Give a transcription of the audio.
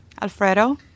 Alfredo